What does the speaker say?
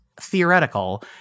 Theoretical